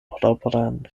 propran